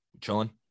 Chilling